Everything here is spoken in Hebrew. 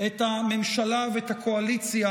את הממשלה ואת הקואליציה,